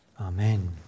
Amen